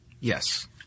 Yes